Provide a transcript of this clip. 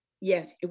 yes